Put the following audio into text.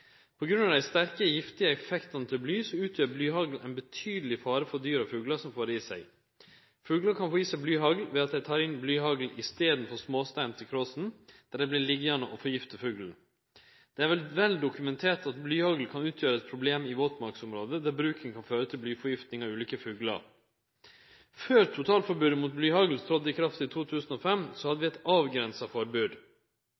betydeleg fare for dyr og fuglar som får det i seg. Fuglar kan få i seg blyhagl ved at dei tar blyhagl i staden for småstein inn i kråsen, der det vert liggjande og forgifte fuglen. Det er vel dokumentert at blyhagl kan utgjere eit problem i våtmarksområde, der bruken kan føre til blyforgifting av ulike fuglar. Før totalforbodet mot blyhagl tredde i kraft i 2005, hadde